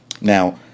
Now